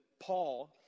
Paul